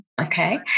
Okay